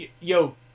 Yo